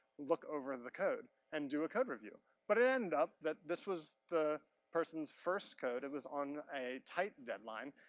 look over the code and do a code review. but, it ended up that this was the person's first code. it was on a tight deadline.